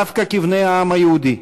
דווקא כבני העם היהודי,